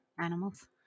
animals